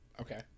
okay